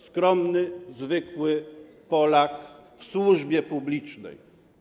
Skromny, zwykły Polak w służbie publicznej.